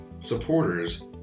Supporters